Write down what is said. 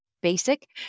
Basic